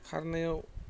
खारनायाव